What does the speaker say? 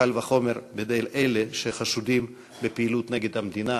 קל וחומר, בידי אלה שחשודים בפעילות נגד המדינה